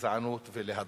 לגזענות ולהדרה.